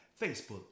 Facebook